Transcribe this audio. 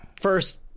first